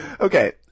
Okay